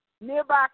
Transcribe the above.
nearby